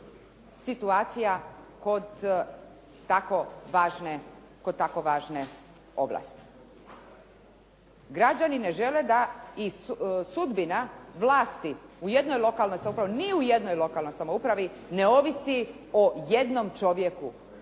situacija kod tako važne ovlasti. Građani ne žele da i sudbina vlasti u jednoj lokalnoj samoupravi, ni u jednoj lokalnoj samoupravi ne ovisi o jednom čovjeku